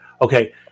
okay